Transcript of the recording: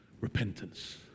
repentance